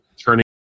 turning